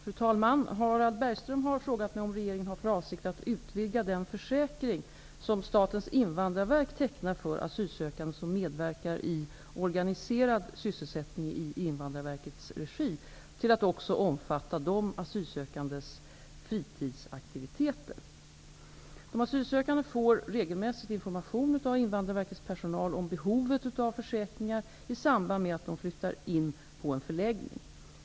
Fru talman! Harald Bergström har frågat mig om regeringen har för avsikt att utvidga den försäkring som Statens invandrarverk tecknar för asylsökande som medverkar i organiserad sysselsättning i Invandrarverkets regi till att också omfatta de asylsökandes fritidsaktiviteter. De asylsökande får regelmässigt information av Invandrarverkets personal om behovet av försäkringar i samband med att de flyttar in på en förläggning.